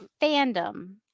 Fandom